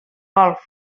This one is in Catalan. golf